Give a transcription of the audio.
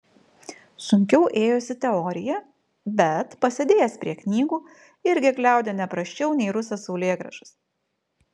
sunkiau ėjosi teorija bet pasėdėjęs prie knygų irgi gliaudė ne prasčiau nei rusas saulėgrąžas